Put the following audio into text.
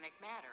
matter